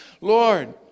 Lord